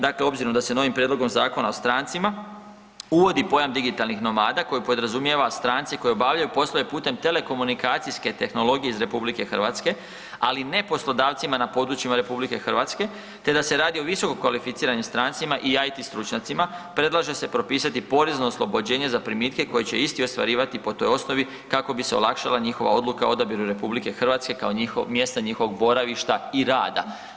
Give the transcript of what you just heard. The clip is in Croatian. Dakle, obzirom da se novim prijedlogom Zakona o strancima uvodi pojam „digitalnih nomada“ koji podrazumijeva strance koji obavljaju poslove putem telekomunikacijske tehnologije iz RH, ali ne poslodavcima na područjima RH, te da se radi o visokokvalificiranim strancima i IT stručnjacima, predlaže se propisati porezno oslobođenje za primitke koje će isti ostvarivati po toj osnovi kako bi se olakšala njihova odluka o odabiru RH kao mjesta njihovog boravišta i rada.